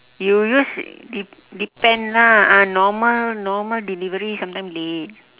you use dep~ depend lah ah normal normal delivery sometime late